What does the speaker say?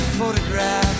Photograph